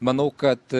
manau kad